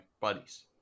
buddies